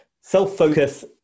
self-focus